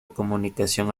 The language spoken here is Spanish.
comunicación